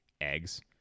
eggs